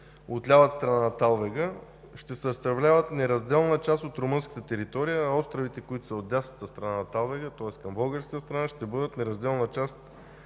от лявата страна на талвега ще съставляват неразделна част от румънската територия, а островите, поставени в дясната част на талвега, тоест към българската страна, ще съставляват неразделна част